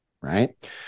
right